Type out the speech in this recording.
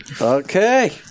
Okay